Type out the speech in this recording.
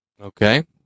okay